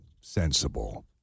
sensible